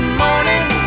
morning